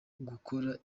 gukora